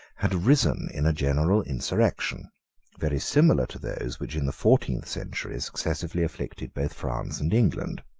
had risen in a general insurrection very similar to those which in the fourteenth century successively afflicted both france and england.